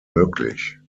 möglich